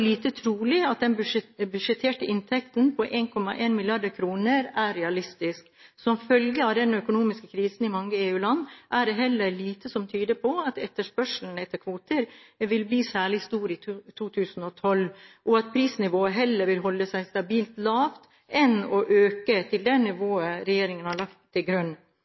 lite trolig at den budsjetterte inntekten på 1,1 mrd. kr er realistisk. Som følge av den økonomiske krisen i mange EU-land er det heller lite som tyder på at etterspørselen etter kvoter vil bli særlig stor i 2012, og prisnivået vil heller holde seg stabilt lavt enn å øke til det nivået regjeringen har lagt til grunn.